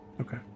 Okay